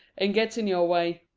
and gets in your way.